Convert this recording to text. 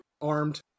armed